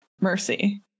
mercy